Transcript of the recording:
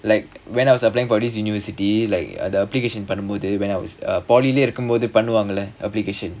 like when I was applying for this university like the application பண்ணும்போது பாதிலேயே இருக்கும் போது பண்ணுவாங்கள:pannumpothu paathilayae irukkum pothu pannuvaangala application